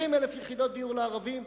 20,000 יחידות דיור לערבים,